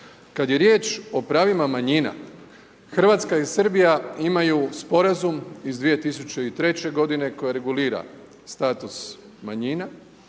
Kada je riječ o pravima manjina, Hrvatska i Srbija imaju sporazum iz 2003. godine koja regulira status manjina.